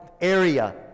area